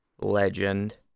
legend